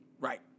Right